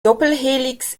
doppelhelix